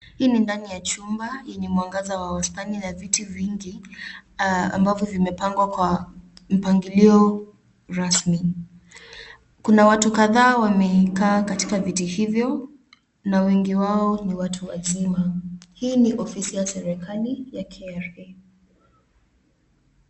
Hii ni ndani ya chumba yenye mwangaza wa wastani na viti vingi ambavyo vimepangwa kwa mpangilio rasmi. Kuna watu kadhaa wamekaa katika viti hivyo na wengi wao ni watu wazima. Hii ni ofisi ya serikali ya KRA.